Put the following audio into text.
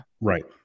Right